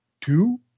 two